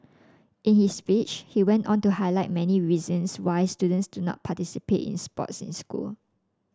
in his speech he went on to highlight many reasons why students do not participate in sports in school